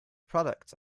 products